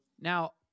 Now